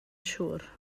siŵr